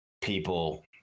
people